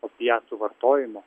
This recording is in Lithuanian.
opiatų vartojimo